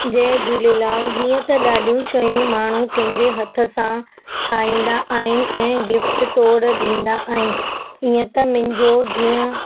जय झूलेलाल हीअं त ॾाढियूं शयूं माण्हू पंहिंजे हथ सां ठाहींदा आहिनि ऐं गिफ्ट तौरु ॾींदा आहिनि हीअं त मुंहिंजो जीअं